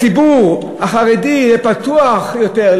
שהציבור החרדי יהיה פתוח יותר,